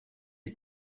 est